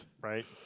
Right